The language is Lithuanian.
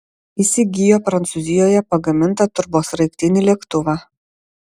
įsigijo prancūzijoje pagamintą turbosraigtinį lėktuvą